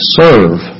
serve